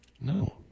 No